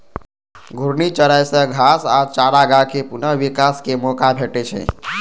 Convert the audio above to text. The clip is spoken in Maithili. घूर्णी चराइ सं घास आ चारागाह कें पुनः विकास के मौका भेटै छै